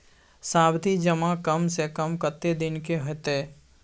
सावधि जमा कम से कम कत्ते दिन के हते?